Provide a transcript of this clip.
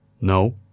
No